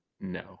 no